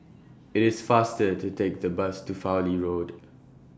IT IS faster to Take The Bus to Fowlie Road